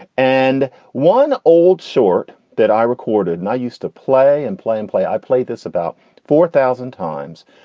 and one old short that i recorded and i used to play and play and play. i played this about four thousand times,